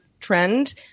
trend